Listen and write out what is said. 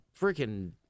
freaking